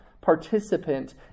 participant